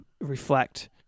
reflect